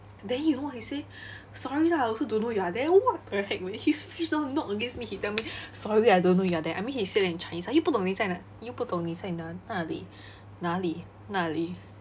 then you know what he say sorry lah I also don't know you are there what the heck man his fridge knock against me he tell me sorry I don't know you are there I mean he said that in chinese 又不懂你在那又不懂你在哪里那里哪里:you bu dong ni zai na you bu ni zai na li na li na li